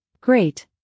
Great